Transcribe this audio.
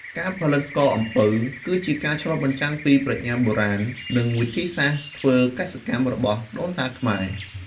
ការផលិតស្ករអំពៅ គឺជាការឆ្លុះបញ្ចាំងពីប្រាជ្ញាបុរាណ និងវិធីសាស្ត្រធ្វើកសិកម្មរបស់ដូនតាខ្មែរ។